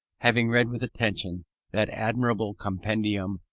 having read with attention that admirable compendium,